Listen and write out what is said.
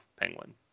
penguin